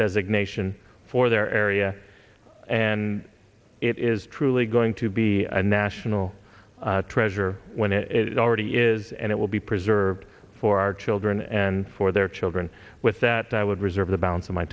designation for their area and it is truly going to be a national treasure when it already is and it will be preserved for our children and for their children with that i would reserve the balance of my